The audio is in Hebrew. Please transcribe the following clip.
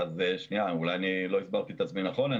אולי לא הסברתי את עצמי נכון.